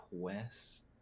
Quest